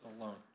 alone